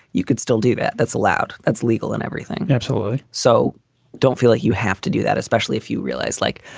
you could still do that. that's allowed. that's legal and everything. absolutely. so don't feel like you have to do that, especially if you realize like,